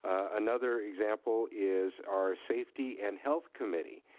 another example is our safety and health committee,